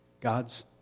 God's